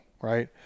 right